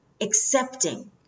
accepting